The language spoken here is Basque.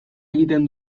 egiten